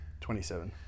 27